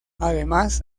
además